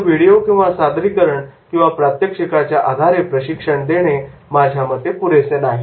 फक्त व्हिडिओ किंवा सादरीकरण किंवा प्रात्यक्षिकांच्या आधारे प्रशिक्षण देणे माझ्यामते पुरेसे नाही